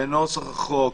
לנוסח החוק.